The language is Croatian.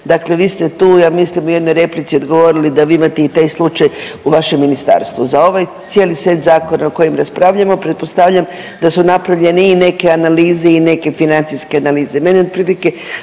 Dakle, vi ste tu ja mislim u jednoj replici odgovorili da vi imate i taj slučaj u vašem ministarstvu. Za ovaj cijeli set zakona o kojim raspravljamo pretpostavljam da su napravljene i neke analize i neke financijske analize.